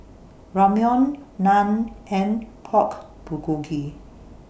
Ramyeon Naan and Pork Bulgogi